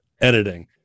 editing